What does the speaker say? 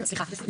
סליחה,